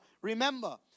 remember